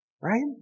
right